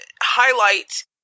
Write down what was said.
highlight